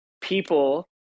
people